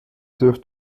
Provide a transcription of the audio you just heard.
dürft